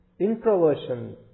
introversion